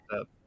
up